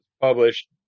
published